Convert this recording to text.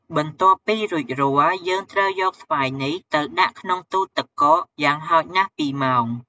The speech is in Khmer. បន្ទាប់ពីរួចរាល់ យើងត្រូវយកស្វាយនេះទៅដាក់ក្នុងទូរទឹកកកយ៉ាងហោចណាស់ពីរម៉ោង។